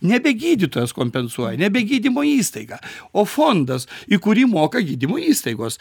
nebe gydytojas kompensuoja nebe gydymo įstaiga o fondas į kurį moka gydymo įstaigos